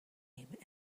and